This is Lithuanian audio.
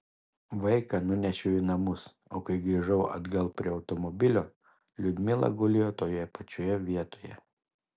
vaiką nunešiau į namus o kai grįžau atgal prie automobilio liudmila gulėjo toje pačioje vietoje